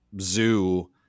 zoo